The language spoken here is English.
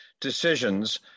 decisions